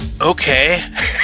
okay